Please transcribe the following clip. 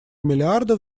миллиардов